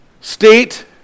state